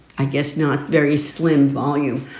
i guess not very slim volume,